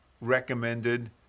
recommended